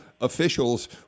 officials